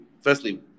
firstly